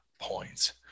points